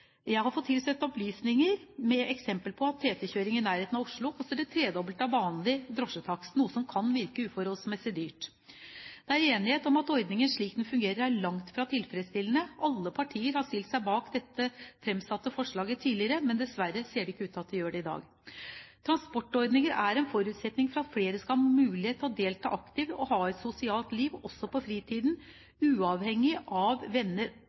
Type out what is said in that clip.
Jeg har fått tilsendt opplysninger med eksempel på at TT-kjøring i nærheten av Oslo koster det tredobbelte av vanlig drosjetakst, noe som kan virke uforholdsmessig dyrt. Det er enighet om at ordningen, slik den fungerer, er langt fra tilfredsstillende. Alle partier har stilt seg bak dette fremsatte forslaget tidligere, men dessverre ser det ikke ut til at de gjør det i dag. Transportordninger er en forutsetning for at flere skal ha mulighet til å delta aktivt og ha et sosialt liv også på fritiden, uavhengig av at venner